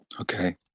Okay